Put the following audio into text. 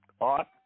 art